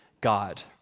God